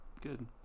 Good